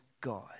God